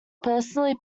personally